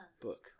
book